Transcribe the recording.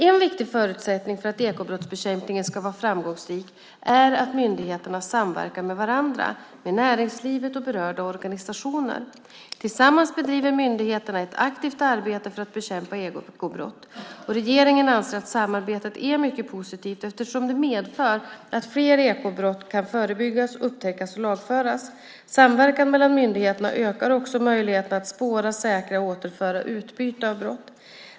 En viktig förutsättning för att ekobrottsbekämpningen ska vara framgångsrik är att myndigheterna samverkar med varandra, med näringslivet och berörda organisationer. Tillsammans bedriver myndigheterna ett aktivt arbete för att bekämpa ekobrott. Regeringen anser att samarbetet är mycket positivt eftersom det medför att flera ekobrott kan förebyggas, upptäckas och lagföras. Samverkan mellan myndigheterna ökar även möjligheterna att spåra, säkra och återföra utbyte av brott.